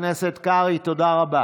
חבר הכנסת קרעי, תודה רבה.